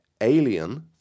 Alien